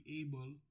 able